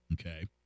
Okay